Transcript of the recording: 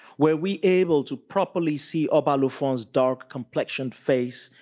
were we able to properly see obalufon's dark complexioned face,